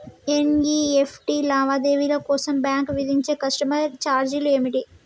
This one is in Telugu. ఎన్.ఇ.ఎఫ్.టి లావాదేవీల కోసం బ్యాంక్ విధించే కస్టమర్ ఛార్జీలు ఏమిటి?